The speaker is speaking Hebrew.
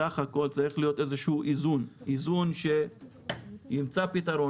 צריך להיות איזה שהוא איזון שימצא פתרון